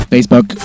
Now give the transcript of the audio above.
Facebook